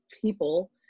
people